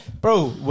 bro